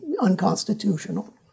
unconstitutional